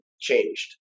changed